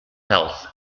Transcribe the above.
health